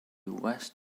west